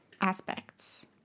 aspects